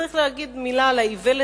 צריך להגיד מלה על האיוולת,